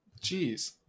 Jeez